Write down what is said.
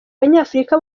abanyafurika